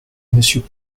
monsieur